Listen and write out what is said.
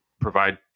provide